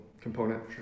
component